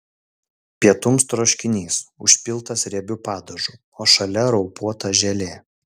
pietums troškinys užpiltas riebiu padažu o šalia raupuota želė